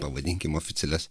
pavadinkim oficialias